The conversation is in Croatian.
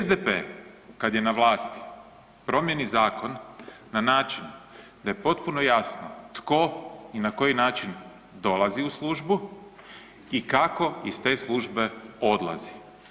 SDP kad je na vlasti promijeni zakon na način da je potpuno jasno tko i na koji način dolazi u službu i kako iz te službe odlazi.